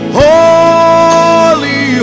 holy